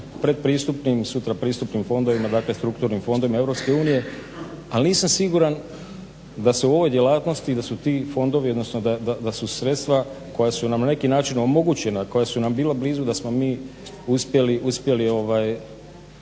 predpristupnim, sutra pristupnim fondovima, dakle strukturnim fondovima EU, ali nisam siguran da se u ovoj djelatnosti i da su ti fondovi, odnosno da su sredstva koja su nam na neki način omogućena, koja su nam bila blizu da smo mi uspjeli uzeti onoliko